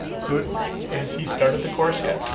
so has he started the course yet?